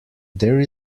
there